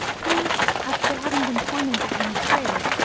who, after having been tormented in his grave,